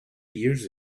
years